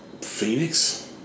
Phoenix